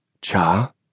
Cha